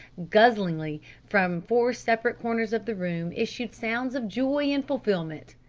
guzzlingly from four separate corners of the room issued sounds of joy and fulfillment.